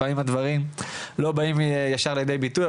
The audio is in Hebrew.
לפעמים הדברים לא באים ישר לידי ביטוי.